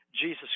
jesus